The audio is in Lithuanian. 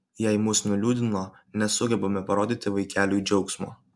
jei mus nuliūdino nesugebame parodyti vaikeliui džiaugsmo